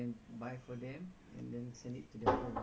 ah